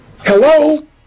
Hello